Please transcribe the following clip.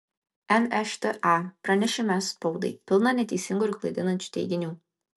nšta pranešime spaudai pilna neteisingų ir klaidinančių teiginių